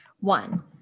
One